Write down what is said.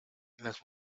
las